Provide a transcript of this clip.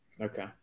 Okay